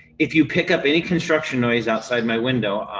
if you pick up any construction noise outside my window,